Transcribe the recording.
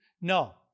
No